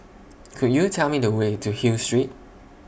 Could YOU Tell Me The Way to Hill Street